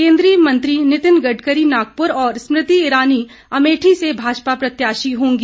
केंद्रीय मंत्री नितिन गडकरी नागपुर और स्मृति ईरानी अमेठी से भाजपा प्रत्याशी होंगी